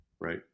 right